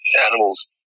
Animals